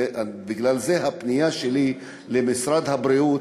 ובגלל זה הפנייה שלי למשרד הבריאות,